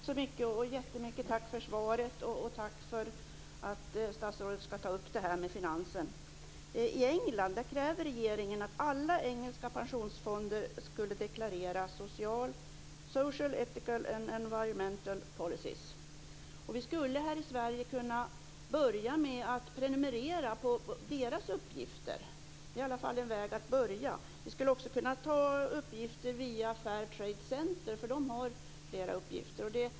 Fru talman! Tack för svaret, och tack för att statsrådet tar upp detta med finansministern. I England kräver regeringen att alla engelska pensionsfonder deklarerar social, ethical and environmental policies. Vi skulle här i Sverige kunna börja med att prenumerera på deras uppgifter. Det är i alla fall en väg att börja. Vi skulle också kunna ta uppgifter via Fair Trade Center. De har flera uppgifter.